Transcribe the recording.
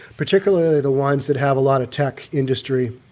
particularly the ones that have a lot of tech industry,